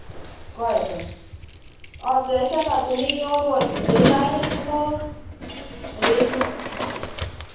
कळ्ळें कळ्ळें होय फ्रेश आसा तुमी येवन व्हरतलीं कांय तुमका रेट मे